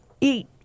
Eat